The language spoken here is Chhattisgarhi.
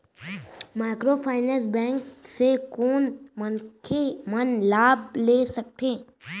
माइक्रोफाइनेंस बैंक से कोन मनखे मन लाभ ले सकथे?